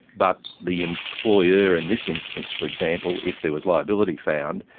but the employer in this instance, for example, if there was liability found,